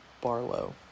Barlow